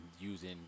Using